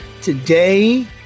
Today